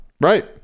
Right